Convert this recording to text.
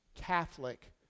Catholic